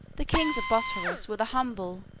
the kings of bosphorus were the humble,